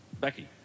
Becky